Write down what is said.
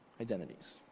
identities